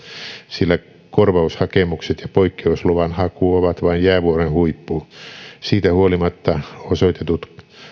sillä korvaushakemukset ja poikkeusluvan haku ovat vain jäävuoren huippu siitä huolimatta osoitetut